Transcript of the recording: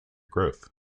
growth